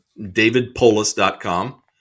davidpolis.com